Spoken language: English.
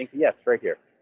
yes, right here?